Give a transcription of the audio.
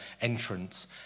entrance